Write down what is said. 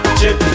chip